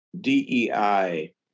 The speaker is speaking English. DEI